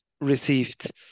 received